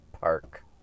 Park